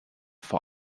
vor